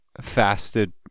fasted